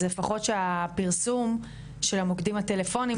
אז לפחות שהפרסום של המוקדים הטלפוניים